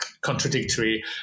contradictory